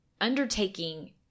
undertaking